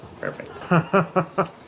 Perfect